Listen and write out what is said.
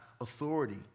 authority